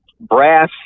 brass